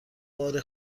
بار